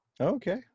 Okay